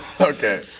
Okay